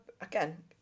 again